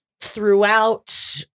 throughout